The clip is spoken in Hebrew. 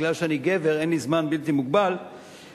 בגלל שאני גבר אין לי זמן בלתי מוגבל לתאר